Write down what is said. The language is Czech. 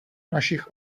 našich